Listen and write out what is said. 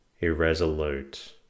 irresolute